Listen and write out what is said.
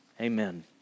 Amen